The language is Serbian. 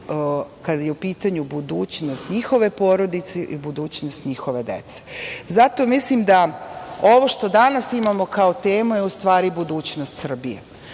kada je u pitanju budućnost njihove porodice i budućnost njihove dece. Zato mislim da ovo što danas imamo kao temu je u stvari budućnost Srbije.